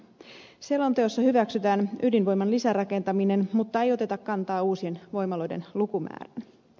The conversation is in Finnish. selonteossa hyväksytään ydinvoiman lisärakentaminen mutta ei oteta kantaa uusien voimaloiden lukumäärään